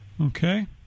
Okay